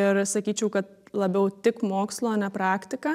ir sakyčiau kad labiau tik mokslu o ne praktika